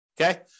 Okay